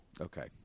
Okay